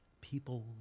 People